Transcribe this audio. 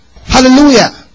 Hallelujah